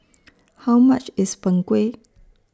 How much IS Png Kueh